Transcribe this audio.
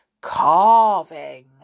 carving